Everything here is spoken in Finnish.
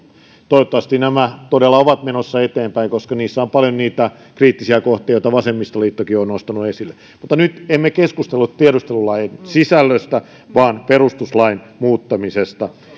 toivottavasti nämä todella ovat menossa eteenpäin koska niissä on paljon niitä kriittisiä kohtia joita vasemmistoliittokin on nostanut esille mutta nyt emme keskustelleet tiedustelulain sisällöstä vaan perustuslain muuttamisesta